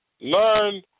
learn